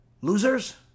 losers